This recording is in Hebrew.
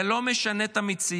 זה לא משנה את המציאות.